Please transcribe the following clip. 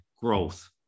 growth